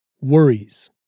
Worries